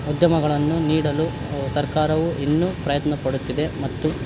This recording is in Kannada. ಉದ್ಯಮಗಳನ್ನು ನೀಡಲು ಸರ್ಕಾರವು ಇನ್ನೂ ಪ್ರಯತ್ನಪಡುತ್ತಿದೆ ಮತ್ತು